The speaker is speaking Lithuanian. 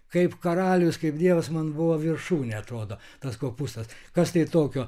kaip karalius kaip dievas man buvo viršūnė atrodo tas kopūstas kas tai tokio